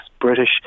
British